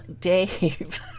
Dave